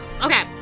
Okay